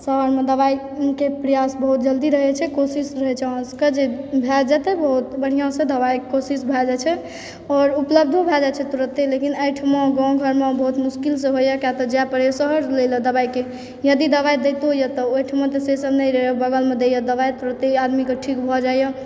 शहर मे दवाइ के प्रयास बहुत जल्दी रहै छै कोशिश रहै छै अहाँसबके जे भए जाएतै बढ़िऑं सँ दवाइ कोशिश भए जाइ छै और उपलब्धो भए जाइ छै तुरत्ते लेकिन एहिठुमा गाँव घर मे बहुत मुश्किल सँ होइया किया तऽ जाए परैया शहर लैला दवाइके यदि दवाइ दैतो यऽ तऽ ओहिठमाँ तऽ से सब नहि रहैया बगलमे दैया दवाइ तुरत्ते आदमी के ठीक भऽ जाइया